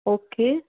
okay